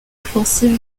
offensive